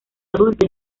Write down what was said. adulto